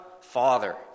Father